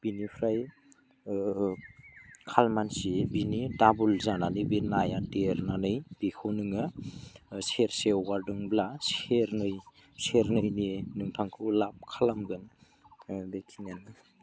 बेनिफ्राय खालमासि बिनि डाबोल जानानै बे नाया देरनानै बेखौ नोङो सेरसेयाव हगारदोंब्ला सेरनै सेरनैनि नोंथांखौ लाब खालामगोन बेखिनियानो